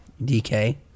DK